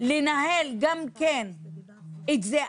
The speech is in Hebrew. לנהל גם את זה.